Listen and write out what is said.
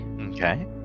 Okay